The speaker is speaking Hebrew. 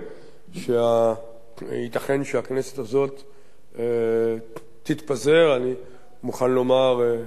שייתכן שהכנסת הזאת תתפזר, אני מוכן לומר לצערי,